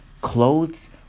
clothes